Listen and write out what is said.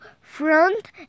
front